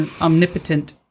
omnipotent